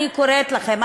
אני קוראת לכם,